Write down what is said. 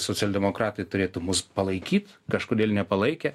socialdemokratai turėtų mus palaikyt kažkodėl nepalaikė